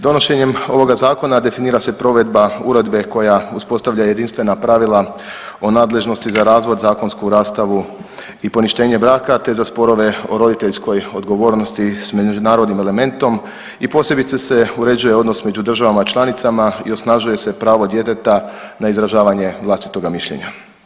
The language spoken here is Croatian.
Donošenjem ovoga zakona definira se provedba uredbe koja uspostavlja jedinstvena pravila o nadležnosti za razvod, zakonsku rastavu i poništenje braka, te za sporove o roditeljskoj odgovornosti s međunarodnim elementom i posebice se uređuje odnos među državama članicama i osnažuje se pravo djeteta na izražavanje vlastitoga mišljenja.